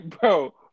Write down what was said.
bro